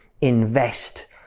invest